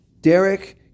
Derek